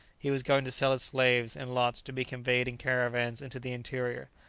he was going to sell his slaves in lots to be conveyed in caravans into the interior.